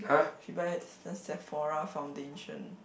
she buy at this Sephora foundation